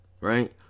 right